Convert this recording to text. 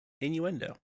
innuendo